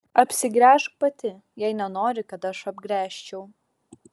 apsigręžk pati jei nenori kad aš apgręžčiau